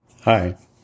Hi